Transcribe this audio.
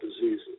diseases